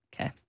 okay